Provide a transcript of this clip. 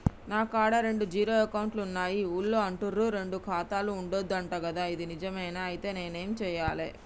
నా కాడా రెండు జీరో అకౌంట్లున్నాయి ఊళ్ళో అంటుర్రు రెండు ఖాతాలు ఉండద్దు అంట గదా ఇది నిజమేనా? ఐతే నేనేం చేయాలే?